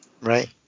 right